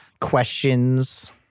questions